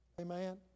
Amen